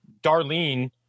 Darlene